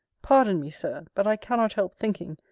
pardon me, sir but i cannot help thinking,